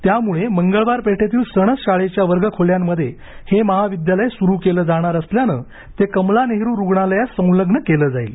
त्यामुळे मंगळवार पेठेतील सणस शाळेच्या वर्गखोल्यांमध्ये हे महाविद्यालय सुरू केलं जाणार असल्यानं ते कमला नेहरू रुग्णालयास संलग्न केलं जाईल